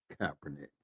Kaepernick